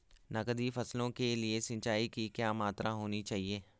नकदी फसलों के लिए सिंचाई की क्या मात्रा होनी चाहिए?